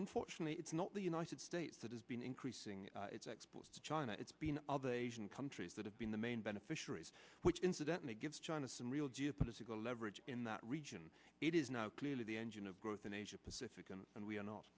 unfortunately it's not the united states that has been increasing its exports to china it's been of asian countries that have been the main beneficiaries which incidentally gives china some real geopolitical leverage in that region it is now clearly the engine of growth in asia pacific and we are not